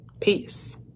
Peace